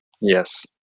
yes